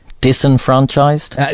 disenfranchised